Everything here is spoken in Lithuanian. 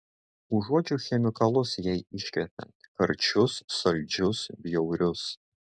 užuodžiu chemikalus jai iškvepiant karčius saldžius bjaurius